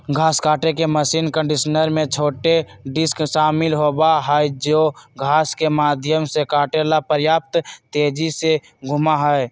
घास काटे के मशीन कंडीशनर में छोटे डिस्क शामिल होबा हई जो घास के माध्यम से काटे ला पर्याप्त तेजी से घूमा हई